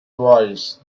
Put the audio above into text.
voice